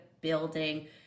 building